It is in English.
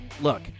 Look